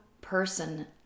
person